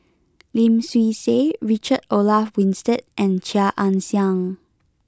Lim Swee Say Richard Olaf Winstedt and Chia Ann Siang